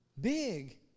Big